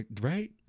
Right